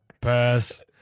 pass